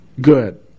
good